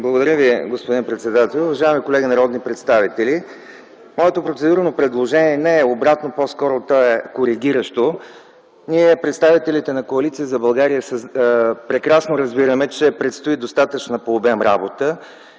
Благодаря Ви, господин председател. Уважаеми колеги народни представители, моето процедурно предложение не е обратно, по-скоро е коригиращо. Ние, представителите на Коалиция за България, прекрасно разбираме, че предстои достатъчна по обем работа.